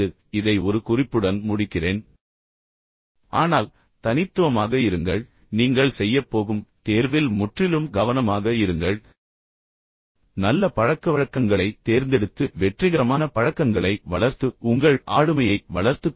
இதை ஒரு குறிப்புடன் முடிக்கிறேன் ஆனால் தனித்துவமாக இருங்கள் நீங்கள் செய்யப் போகும் தேர்வில் முற்றிலும் கவனமாக இருங்கள் நல்ல பழக்கவழக்கங்களைத் தேர்ந்தெடுத்து வெற்றிகரமான பழக்கங்களை வளர்த்து உங்கள் ஆளுமையை வளர்த்துக் கொள்ளுங்கள்